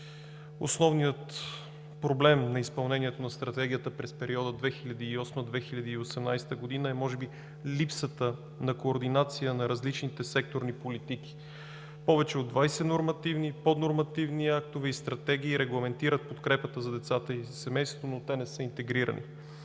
Основният проблем на изпълнението на Стратегията през периода 2008 – 2018 г. е може би липсата на координация на различните секторни политики. Повече от 20 нормативни, поднормативни актове и стратегии регламентират подкрепата за децата и семейството, но те не са интегрирани.